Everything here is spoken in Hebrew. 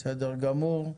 בסדר גמור.